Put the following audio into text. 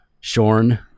Shorn